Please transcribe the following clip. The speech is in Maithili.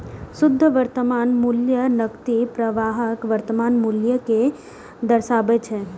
शुद्ध वर्तमान मूल्य नकदी प्रवाहक वर्तमान मूल्य कें दर्शाबै छै